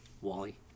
Wally